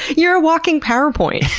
you're a walking powerpoint,